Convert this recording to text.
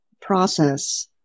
process